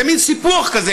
זה מין סיפוח כזה,